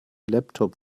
laptop